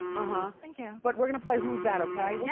huh. thank you. but we're gonna play who's that, okay? yeah